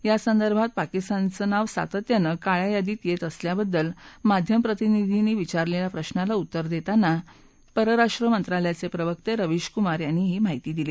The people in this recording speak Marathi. यासंदर्भात पाकिस्तानचं नाव सातत्याने काळ्या यादीत येत असल्याबद्दल माध्यमप्रतिनिधींनी विचारलेल्या प्रशाला उत्तर देताना परराष्ट्र मंत्रालयाचे प्रवक्ते रवीशकुमार यांनी ही माहिती दिली